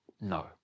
No